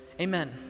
Amen